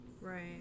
right